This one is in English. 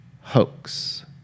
hoax